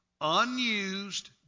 Unused